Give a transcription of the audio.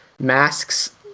masks